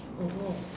oh